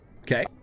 Okay